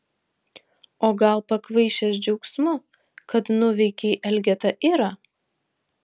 o gal pakvaišęs džiaugsmu kad nuveikei elgetą irą